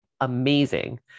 amazing